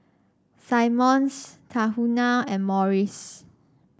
Simmons Tahuna and Morries